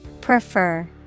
prefer